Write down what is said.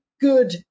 good